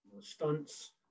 stunts